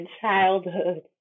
childhood